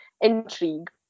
intrigue